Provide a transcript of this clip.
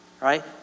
right